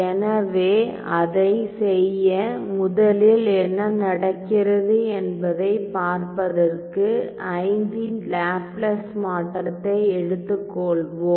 எனவே அதைச் செய்ய முதலில் என்ன நடக்கிறது என்பதைப் பார்ப்பதற்கு V இன் லாப்லாஸ் மாற்றத்தை எடுத்துக்கொள்வோம்